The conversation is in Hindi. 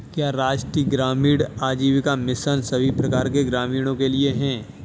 क्या राष्ट्रीय ग्रामीण आजीविका मिशन सभी प्रकार के ग्रामीणों के लिए है?